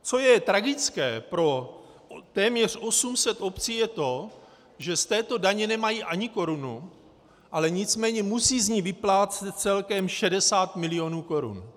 Co je tragické pro téměř 800 obcí, je to, že z této daně nemají ani korunu, ale nicméně musí z ní vyplácet celkem 60 milionů korun.